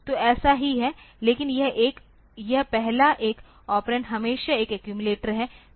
तो ऐसा ही है लेकिन यह एक यह पहला एक ऑपरेंड हमेशा एक एक्यूमिलेटर है